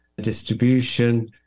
distribution